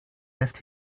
left